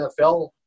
NFL